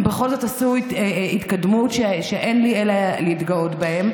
הם בכל זאת עשו התקדמות שאין לי אלא להתגאות בהם.